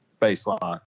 baseline